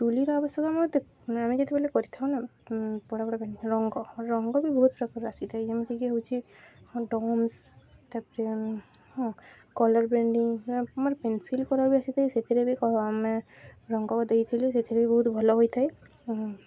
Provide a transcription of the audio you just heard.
ତୁଳିର ଆବଶ୍ୟକ ମତେ ଆମେ ଯେତେବେଳେ କରିଥାଉନା ବଡ଼ାପଡ଼ ରଙ୍ଗ ରଙ୍ଗ ବି ବହୁତ ପ୍ରକାର ଆସିଥାଏ ଯେମିତିକି ହଉଚି ଡମ୍ସ ତା'ପରେ ହଁ କଲର୍ ପେଣ୍ଟିଙ୍ଗ୍ ଆମର ପେନସିଲ୍ କଲର୍ବି ଆସିଥାଏ ସେଥିରେ ବି ଆମେ ରଙ୍ଗ ଦେଇଥିଲେ ସେଥିରେ ବି ବହୁତ ଭଲ ହୋଇଥାଏ